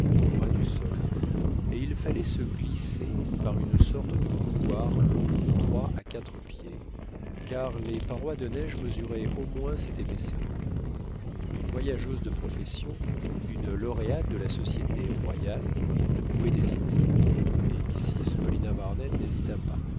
au ras du sol et il fallait se glisser par une sorte de couloir long de trois à quatre pieds car les parois de neige mesuraient au moins cette épaisseur mais une voyageuse de profession une lauréate de la société royale ne pouvait hésiter et mrs paulina barnett n'hésita pas